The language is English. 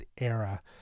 era